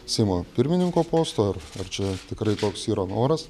seimo pirmininko posto ar ar čia tikrai toks yra noras